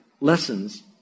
lessons